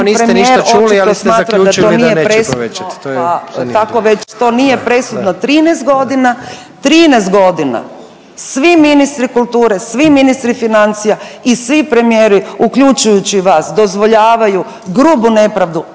niste ništa čuli, ali ste zaključili da neće povećati.